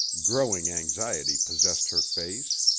growing anxiety possessed her face,